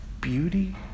beauty